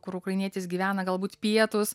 kur ukrainietis gyvena galbūt pietus